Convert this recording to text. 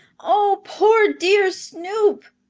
oh, poor dear snoop!